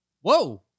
Whoa